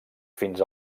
fins